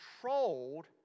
controlled